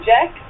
Jack